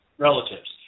Relatives